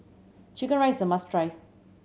chicken rice is a must try